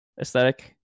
aesthetic